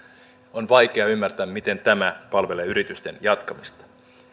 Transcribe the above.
on vaikea ymmärtää miten tämä palvelee yritysten jatkamista